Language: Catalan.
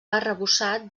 arrebossat